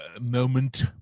moment